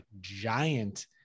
giant